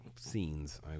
scenes